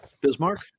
Bismarck